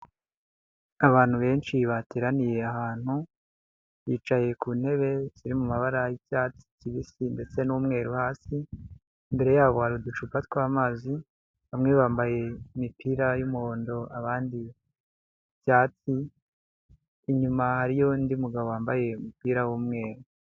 Abantu benshi bateraniye ahantu, bicaye ku ntebe ziri mu mabara y'icyatsi kibisi ndetse n'umweru hasi, imbere ya bo hari uducupa tw'amazi bamwe bambaye imipira y'umuhondo, abandi icyatsi, inyuma hariyo n'undi mugabo wambaye umupira w'umweru.